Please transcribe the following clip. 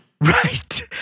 Right